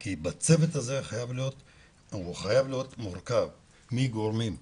כי הצוות הזה חייב להיות מורכב מגורמים סוציאליים,